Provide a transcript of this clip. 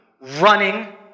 running